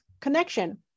connection